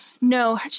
No